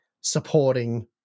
supporting